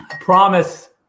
Promise